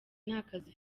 ntakazi